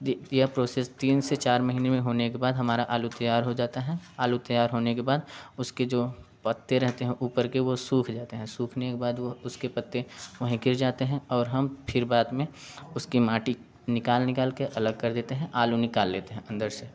यह यह प्रोसेस तीन से चार महीने में होने के बाद हमारा आलू तैयार हो जाता है आलू तैयार होने के बाद उसके जो पत्ते रहते हैं ऊपर के वो सूख जाते हैं सुखाने के बाद वो उसके पत्ते वहीं गिर जाते हैं और हम फिर बाद में उसकी माटी निकाल निकाल कर अलग कर देते हैं आलू निकाल लेते हैं अंदर से